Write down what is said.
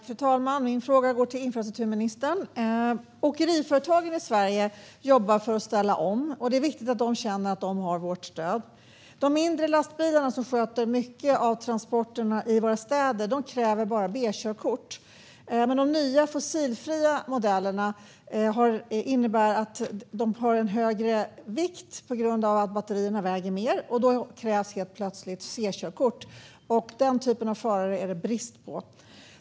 Fru talman! Min fråga går till infrastrukturministern. Åkeriföretagen i Sverige jobbar för att ställa om. Det är viktigt att de känner att de har vårt stöd. För att köra de mindre lastbilarna, som man sköter mycket av transporterna i våra städer med, krävs bara B-körkort. Men de nya fossilfria modellerna har högre vikt på grund av att batterierna väger mer. Då krävs helt plötsligt C-körkort. Den typen av förare är det brist på.